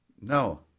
No